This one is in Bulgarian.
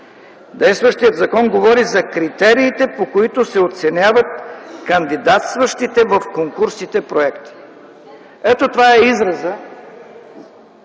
Действащият закон говори за критериите, по които се оценяват кандидатстващите в конкурсите проекти. Ето това е изразът,